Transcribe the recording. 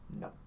No